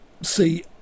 see